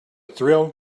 thrill